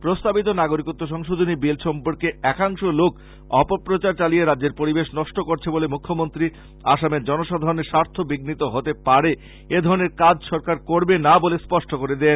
প্রস্তাবিত নাগরিকত্ব সংশোধনী বিল সম্পর্কে একাংশ লোক অপপ্রচার চালিয়ে রাজ্যের পরিবেশ নষ্ট করছে বলে মুখ্যমন্ত্রী আসামের জনসাধারনের স্বার্থ বিঘ্নিত হতে পারে এধরনের কাজ সরকার করবে না বলে স্পষ্ট করে দেন